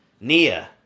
Nia